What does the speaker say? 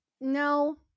no